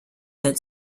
that